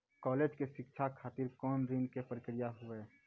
College के शिक्षा खातिर कौन ऋण के प्रक्रिया हुई?